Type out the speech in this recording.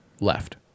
left